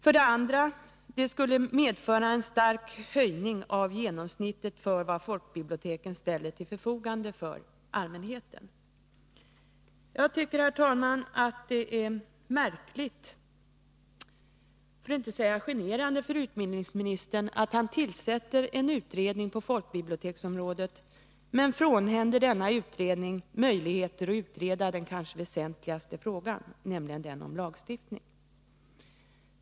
”För det andra: den skulle medföra en stark höjning av genomsnittet för vad folkbiblioteken ställer till förfogande för allmänheten.” Jag tycker, herr talman, att det är märkligt, för att inte säga generande för utbildningsministern, att han tillsätter en utredning på folkbiblioteksområdet men frånhänder denna utredning möjligheter att utreda den kanske väsentligaste frågan, nämligen den om lagstiftning.